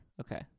okay